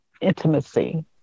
intimacy